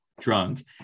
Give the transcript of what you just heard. drunk